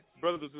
brothers